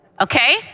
Okay